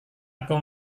aku